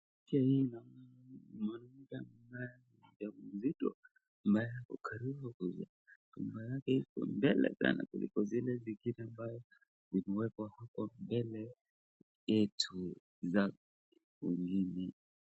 Picha hii naona mwanamke ambaye ni mjamzito ambaye ako karibu kuzaa, mimba yake iko mbele sana kuliko zile zingine ambayo zimewekwa hapo mbele yetu za wengine.